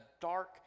dark